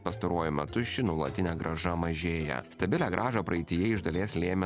pastaruoju metu ši nuolatinė grąža mažėja stabilią grąžą praeityje iš dalies lėmė